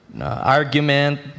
argument